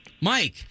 Mike